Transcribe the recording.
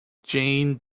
jane